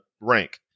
rank